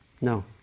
No